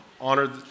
honored